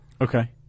Okay